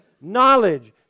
knowledge